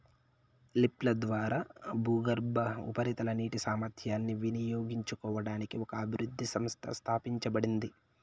లిఫ్ట్ల ద్వారా భూగర్భ, ఉపరితల నీటి సామర్థ్యాన్ని వినియోగించుకోవడానికి ఒక అభివృద్ధి సంస్థ స్థాపించబడింది